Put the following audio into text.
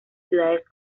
ciudades